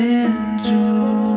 angel